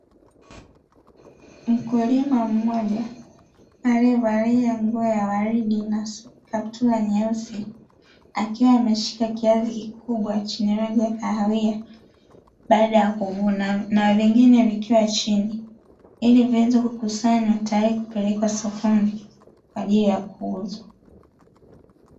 Mkulima mmoja aliyevalia nguo ya waridi na kaptula nyeusi akiwa ameshika kiazi kikubwa chenye rangi ya kahawia, baada ya kuvuna na vingine vikiwa chini, ili viweze kukusanywa tayari kupelekwa sokoni kwa ajili ya kuuzwa.